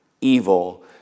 evil